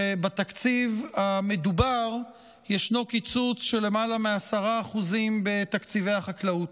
שבתקציב המדובר ישנו קיצוץ של למעלה מ-10% בתקציבי החקלאות.